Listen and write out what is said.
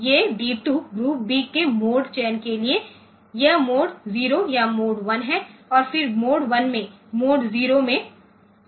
ये D 2 group B के mode चयन के लिए यह मोड 0 या मोड 1 है और फिर मोड 1 में मोड 0 में आपको यह मिल गया है